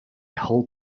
hold